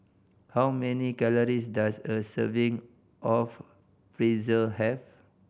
how many calories does a serving of Pretzel have